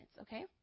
okay